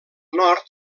nord